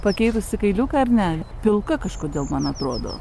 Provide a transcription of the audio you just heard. pakeitusi kailiuką ar ne pilka kažkodėl man atrodo